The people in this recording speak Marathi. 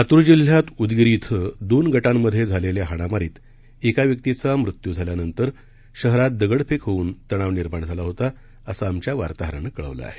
लातूर जिल्ह्यातल्या उदगीर इथं दोन गटामधे झालेल्या हाणामारीत एका व्यक्तीचा मृत्यू झाल्यानंतर शहरात दगडफेक होऊन तणाव निर्माण झाला होता असं आमच्या वार्ताहरानं कळवलं आहे